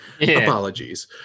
Apologies